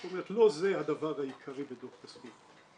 זאת אומרת לא זה הדבר העיקרי בדוח כספי.